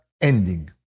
ending